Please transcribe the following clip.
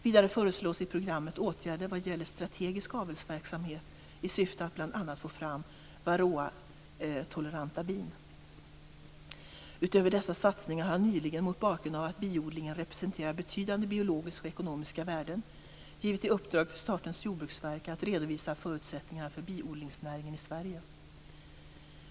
Vidare föreslås i programmet åtgärder vad gäller strategisk avelsverksamhet i syfte att bl.a. få fram varroatoleranta bin. Utöver dessa satsningar har jag nyligen mot bakgrund av att biodlingen representerar betydande biologiska och ekonomiska värden givit i uppdrag till Statens jordbruksverk att redovisa förutsättningarna för biodlingsnäringen i Sverige.